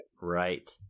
Right